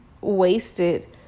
wasted